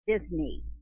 Disney